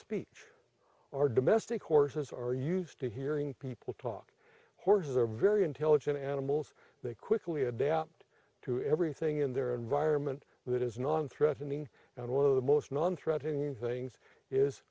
speech are domestic horses are used to hearing people talk horses are very intelligent animals they quickly adapt to everything in their environment that is non threatening and one of the most non threatening things is